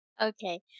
Okay